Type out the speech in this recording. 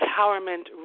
Empowerment